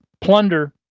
plunder